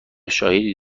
شاهدی